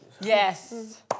Yes